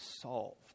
solved